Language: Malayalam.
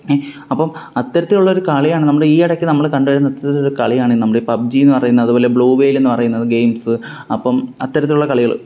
അപ്പം അത്തരത്തിലുള്ള കളിയാണ് നമ്മുടെ ഈ ഇടയ്ക്ക് നമ്മള് കണ്ട് വരുന്ന തരത്തിലൊരു കളിയാണ് നമ്മൾ ഈ പബ്ജി എന്ന് പറയുന്ന അതുപോലെ ബ്ലൂ വെയിൽ എന്ന് പറയുന്നത് ഗെയിംസ് അപ്പം അത്തരത്തിലുള്ള കളികള്